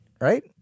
Right